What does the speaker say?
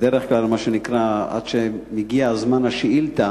בדרך כלל עד שמגיע זמן השאילתא